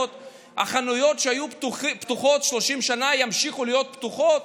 החנויות שהיו פתוחות 30 שנה ימשיכו להיות פתוחות,